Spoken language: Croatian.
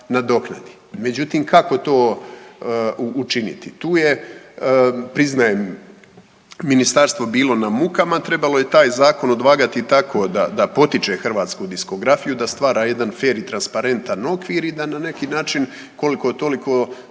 Međutim, kako to učiniti? Tu je priznajem ministarstvo bilo na mukama. Trebalo je taj zakon odvagati tako da potiče hrvatsku diskografiju, da stvara jedan fer i transparentan okvir i da na neki način koliko toliko